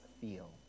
feel